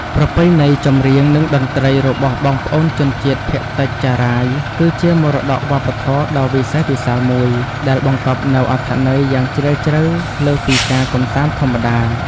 ប្រពៃណីចម្រៀង និងតន្ត្រីរបស់បងប្អូនជនជាតិភាគតិចចារាយ គឺជាមរតកវប្បធម៌ដ៏វិសេសវិសាលមួយ ដែលបង្កប់នូវអត្ថន័យយ៉ាងជ្រាលជ្រៅលើសពីការកម្សាន្តធម្មតា។